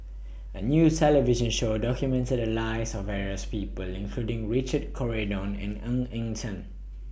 A New television Show documented The Lives of various People including Richard Corridon and Ng Eng Teng